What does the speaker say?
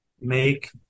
make